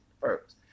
first